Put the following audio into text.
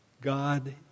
God